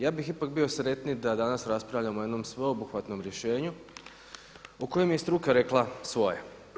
Ja bih ipak bio sretniji da danas raspravljamo o jednom sveobuhvatnom rješenju o kojem je i struka rekla svoje.